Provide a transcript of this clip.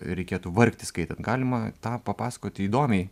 reikėtų vargti skaitant galima tą papasakoti įdomiai